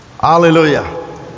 Hallelujah